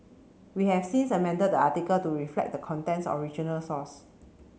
we have since amended the article to reflect the content's original source